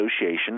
Association